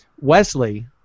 Wesley